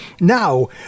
Now